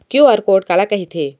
QR code काला कहिथे?